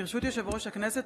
ברשות יושב-ראש הכנסת,